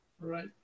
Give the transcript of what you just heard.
Right